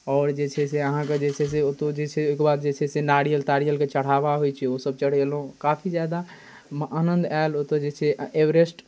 आओर जे छै से अहाँके जे छै से ओतहु जे छै ओहिकेबाद जे छै से नारिअल तारिअलके चढ़ावा होइ छै ओसब चढ़ेलहुँ काफी जादा आनन्द आएल ओतऽ जे छै एवरेस्ट